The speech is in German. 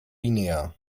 guinea